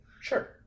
sure